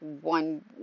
one